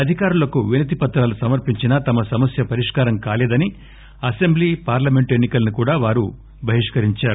అధికారులకు వినతి పత్రాలు సమర్పించిన తమ సమస్వ పరిష్కారం కాలేదని అసెంబ్లీ పార్లమెంట్ ఎన్ని కలను బహిష్కరించారు